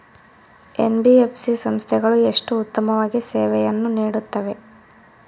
NBFC ಸಂಸ್ಥೆಗಳು ಎಷ್ಟು ಉತ್ತಮವಾಗಿ ಸೇವೆಯನ್ನು ನೇಡುತ್ತವೆ?